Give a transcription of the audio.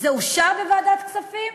זה אושר בוועדת הכספים,